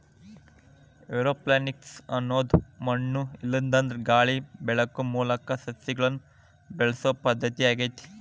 aeroponics ಅನ್ನೋದು ಮಣ್ಣು ಇಲ್ಲಾಂದ್ರನು ಗಾಳಿ ಬೆಳಕು ಮೂಲಕ ಸಸಿಗಳನ್ನ ಬೆಳಿಸೋ ಪದ್ಧತಿ ಆಗೇತಿ